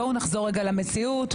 בואו נחזור רגע למציאות.